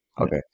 Okay